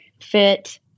fit